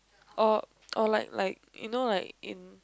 or or like like you know like in